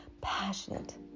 passionate